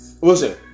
Listen